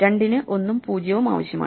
2 ന് 1 ഉം 0 ഉം ആവശ്യമാണ്